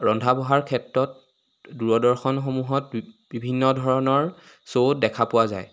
ৰন্ধা বঢ়াৰ ক্ষেত্ৰত দূৰদৰ্শনসমূহত বিভিন্ন ধৰণৰ শ্বো দেখা পোৱা যায়